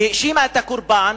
שהאשימה את הקורבן,